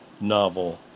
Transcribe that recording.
novel